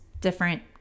different